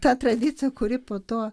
ta tradicija kuri po to